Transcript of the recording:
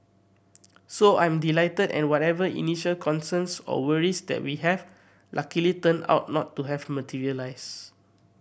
so I'm delighted and whatever initial concerns or worries that we have luckily turned out not to have materialise